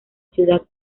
ciudad